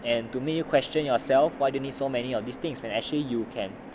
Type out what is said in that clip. and to me question yourself why do you need so many of these things when actually you can